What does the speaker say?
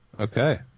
Okay